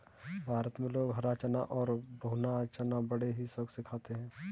भारत में लोग हरा चना और भुना चना बड़े ही शौक से खाते हैं